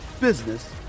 business